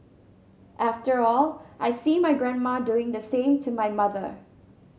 after all I see my grandma doing the same to my mother